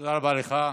תודה רבה לך.